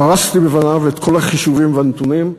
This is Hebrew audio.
פרסתי בפניו את כל החישובים והנתונים,